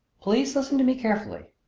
please listen to me carefully.